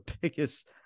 biggest